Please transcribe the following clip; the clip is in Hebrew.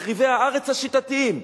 מחריבי הארץ השיטתיים.